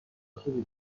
خوبی